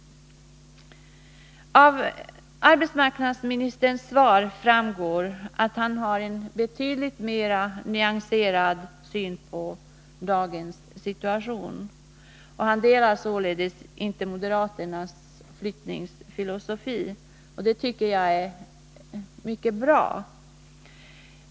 Av svaret framgår att arbetsmarknadsministern har en betydligt mer nyanserad syn på dagens situation. Han instämmer således inte i moderaternas flyttningsfilosofi. Det tycker jag är mycket bra.